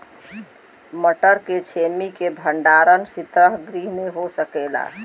मटर के छेमी के भंडारन सितगृह में हो सकेला?